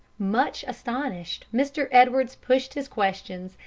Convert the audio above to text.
much astonished, mr. edwards pushed his questions,